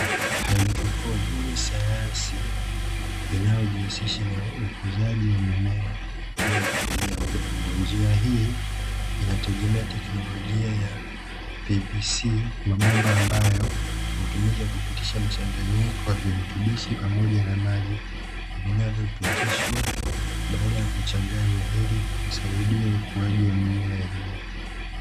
Hydropon ni sayansi inayojihusisha na ukuzaji wa mimea bila kutumia udongo njia hii inategemea teknolojia ya pvc mabomba ambayo hutumika kupitisha mchanganyiko wa virutubishi pamoja na maji vinavyopitishwa baada ya kuchanganywa ili kusaidia ukuaji wa mimea hiyo.